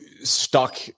stuck